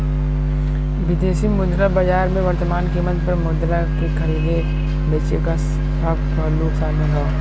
विदेशी मुद्रा बाजार में वर्तमान कीमत पर मुद्रा के खरीदे बेचे क सब पहलू शामिल हौ